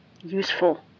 useful